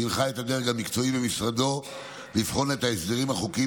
שהנחה את הדרג המקצועי במשרדו לבחון את ההסדרים החוקיים